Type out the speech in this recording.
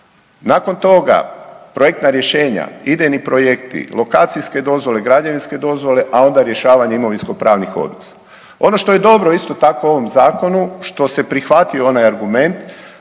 nakon toga projektna rješenja, idejni projekti, lokacijske dozvole, građevinske dozvole, a onda rješavanje imovinskopravnih odnosa. Ono što je dobro isto tako u ovom zakonu što se prihvatio onaj argument